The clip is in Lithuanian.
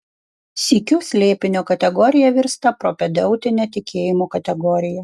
sykiu slėpinio kategorija virsta propedeutine tikėjimo kategorija